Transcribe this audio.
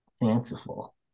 fanciful